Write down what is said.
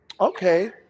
Okay